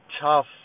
tough